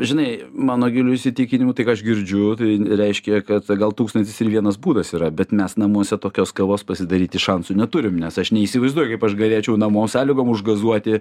žinai mano giliu įsitikinimu tai ką aš girdžiu tai reiškia kad gal tūkstantis ir vienas būdas yra bet mes namuose tokios kavos pasidaryti šansų neturim nes aš neįsivaizduoju kaip aš galėčiau namo sąlygom užgazuoti